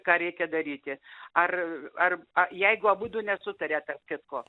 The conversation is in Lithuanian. ką reikia daryti ar ar jeigu abudu nesutaria tarp kitko